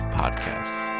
podcasts